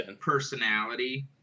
personality